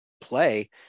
play